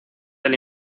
del